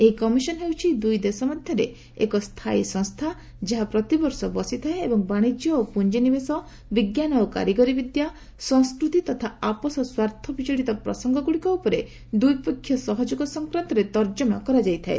ଏହି କମିଶନ୍ ହେଉଛି ଦୁଇ ଦେଶ ମଧ୍ୟରେ ଏକ ସ୍ଥାୟୀ ସଂସ୍ଥା ଯାହା ପ୍ରତିବର୍ଷ ବସିଥାଏ ଏବଂ ବାଣିଜ୍ୟ ଓ ପୁଞ୍ଜିନିବେଶ ବିଙ୍କାନ ଓ କାରିଗରି ବିଦ୍ୟା ସଂସ୍କୃତି ତଥା ଆପୋଷ ସ୍ୱାର୍ଥ ବିଜଡ଼ିତ ପ୍ରସଙ୍ଗଗ୍ରଡ଼ିକ ଉପରେ ଦ୍ୱିପକ୍ଷିୟ ସହଯୋଗ ସଂକ୍ୱାନ୍ତରେ ତର୍ଜମା କରାଯାଇଥାଏ